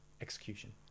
execution